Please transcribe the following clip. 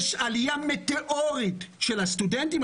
יש עלייה מטאורית של הסטודנטים,